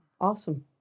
Awesome